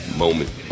moment